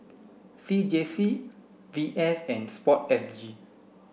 C J C V S and sport S G